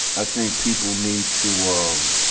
i think people need to um